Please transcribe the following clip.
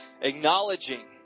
acknowledging